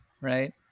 right